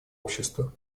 общества